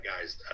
guy's